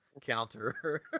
counter